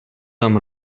tam